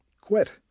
Quit